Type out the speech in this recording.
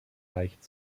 leicht